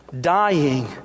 dying